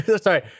Sorry